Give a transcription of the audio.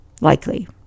likely